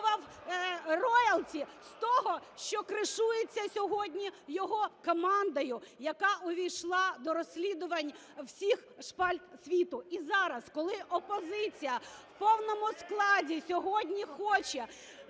отримував роялті з того, що кришується сьогодні його командою, яка увійшла до розслідувань всіх шпальт світу. І зараз, коли опозиція в повному складі сьогодні хоче